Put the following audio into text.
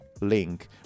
Link